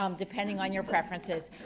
um depending on your preferences.